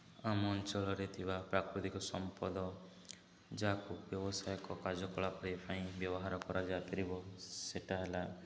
ଆମ ଅଞ୍ଚଳରେ ଥିବା ପ୍ରାକୃତିକ ସମ୍ପଦ ଯାହାକୁ ବ୍ୟବସାୟିକ କାର୍ଯ୍ୟକଳାପ ପାଇଁ ବ୍ୟବହାର କରାଯାଇପାରିବ ସେଇଟା ହେଲା